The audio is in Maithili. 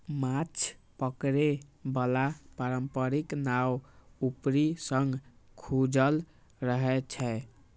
माछ पकड़े बला पारंपरिक नाव ऊपर सं खुजल रहै छै